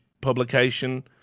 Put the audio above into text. publication